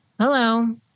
hello